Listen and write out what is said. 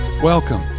Welcome